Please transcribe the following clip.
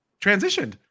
transitioned